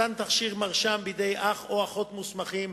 מתן תכשיר מרשם בידי אח או אחות מוסמכים,